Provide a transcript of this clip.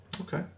Okay